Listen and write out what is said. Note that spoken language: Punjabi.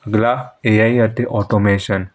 ਅਗਲਾ ਏ ਆਈ ਅਤੇ ਆਟੋਮੇਸ਼ਨ